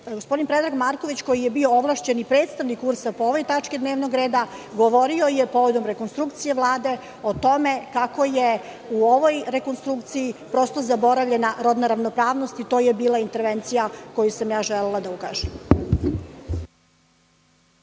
gospodin Predrag Marković koji je bio ovlašćeni predstavnik URS po ovoj tački dnevnog reda govorio je povodom rekonstrukcije Vlade, o tome kako je u ovoj rekonstrukciji, prosto, zaboravljena rodna ravnopravnost i to je bila intervencija koju sam želela da ukažem.